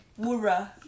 Wura